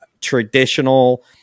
traditional